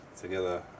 together